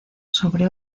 sobre